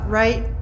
right